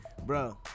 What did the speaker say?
Bro